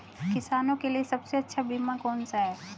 किसानों के लिए सबसे अच्छा बीमा कौन सा है?